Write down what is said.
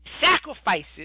sacrifices